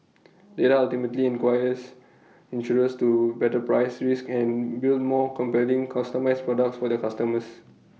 data ultimately inquires insurers to better price risk and build more compelling customised products for their customers